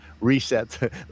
reset